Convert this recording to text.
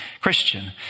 Christian